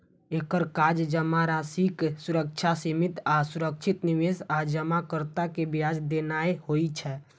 एकर काज जमाराशिक सुरक्षा, सीमित आ सुरक्षित निवेश आ जमाकर्ता कें ब्याज देनाय होइ छै